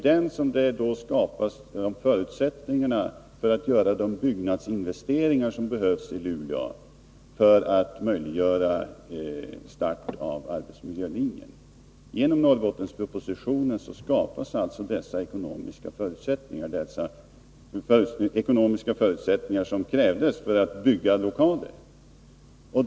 Genom den skapas förutsättningar för att göra de byggnadsinvesteringar som behövs i Luleå för att möjliggöra start av arbetsmiljölinjen. Genom Norrbottenspropositionen skapas alltså de ekonomiska förutsättningarna för att bygga lokaler.